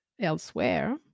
elsewhere